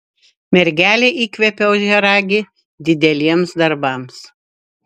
mergelė įkvepia ožiaragį dideliems darbams